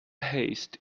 haste